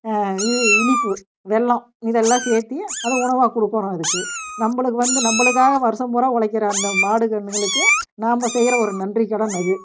இனி இனிப்பு வெல்லம் இதெல்லாம் சேர்த்தி அதை உணவாக கொடுக்குறோம் அதுக்கு நம்பளுக்கு வந்து நம்பளுக்காக வருஷம் பூரா உழைக்கிற அந்த மாடு கன்றுங்களுக்கு நாம்ப செய்கிற ஒரு நன்றி கடன் அது